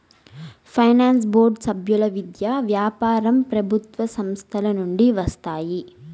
finance board సభ్యులు విద్య, వ్యాపారం ప్రభుత్వ సంస్థల నుండి వస్తారు